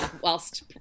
whilst